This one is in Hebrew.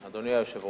1 2. אדוני היושב-ראש,